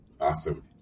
Awesome